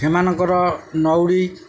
ସେମାନଙ୍କର ନଉଡ଼ି